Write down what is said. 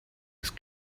ist